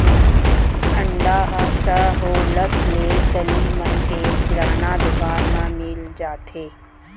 अंडा ह सहोल्लत ले गली मन के किराना दुकान म मिल जाथे